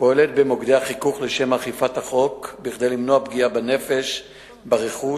פועלת במוקדי החיכוך לשם אכיפת החוק כדי למנוע פגיעה בנפש וברכוש,